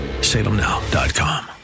Salemnow.com